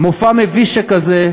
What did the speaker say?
למופע מביש שכזה,